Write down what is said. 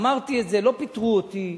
אמרתי את זה, ולא פיטרו אותי,